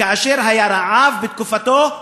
כאשר היה רעב בתקופתו,